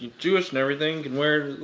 jewish and everything can wear